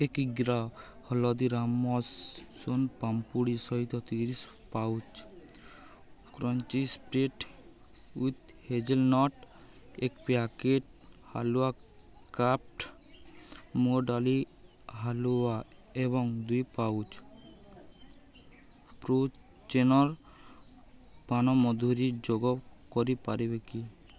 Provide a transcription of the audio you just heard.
ଏକ କିଗ୍ରା ହଳଦୀରାମ୍ସ୍ ସୋନ୍ ପାମ୍ପୁଡ଼ି ସହିତ ତିରିଶ pouch crunchy spread with hazelnut ଏକ ପ୍ୟାକେଟ୍ ହାଲୁଆ କ୍ରାଫ୍ଟ୍ ମୁଗ ଡ଼ାଲି ହାଲୁଆ ଏବଂ ଦୁଇ ପାଉଚ୍ ପ୍ରୋ ନେଚର୍ ପାନମଧୁରୀ ଯୋଗ କରିପାରିବେ କି